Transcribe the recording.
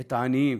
את העניים